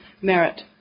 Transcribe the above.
merit